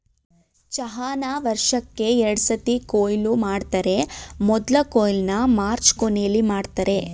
ಚಹಾನ ವರ್ಷಕ್ಕೇ ಎರಡ್ಸತಿ ಕೊಯ್ಲು ಮಾಡ್ತರೆ ಮೊದ್ಲ ಕೊಯ್ಲನ್ನ ಮಾರ್ಚ್ ಕೊನೆಲಿ ಮಾಡ್ತರೆ